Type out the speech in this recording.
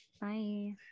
Bye